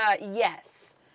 yes